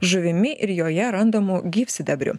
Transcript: žuvimi ir joje randamu gyvsidabriu